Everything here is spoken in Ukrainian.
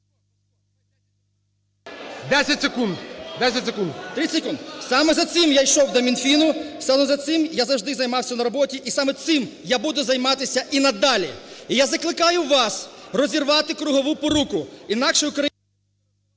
ДАНИЛЮК О.О. 30 секунд. Саме за цим я йшов до Мінфіну, саме цим я завжди займався на роботі, і саме цим я буду займатися і надалі. І я закликаю вас розірвати кругову поруку, інакше Україна…